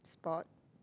spot